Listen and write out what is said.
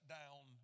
down